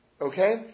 okay